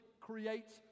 creates